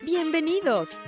Bienvenidos